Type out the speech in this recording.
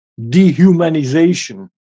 dehumanization